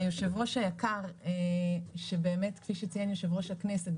היושב-ראש היקר שבאמת כפי שציין יושב-ראש הכנסת,